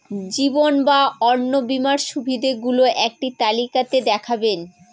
জীবন বা অন্ন বীমার সুবিধে গুলো একটি তালিকা তে দেখাবেন?